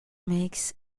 makes